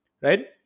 right